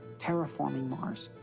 terraforming mars.